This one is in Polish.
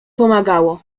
pomagało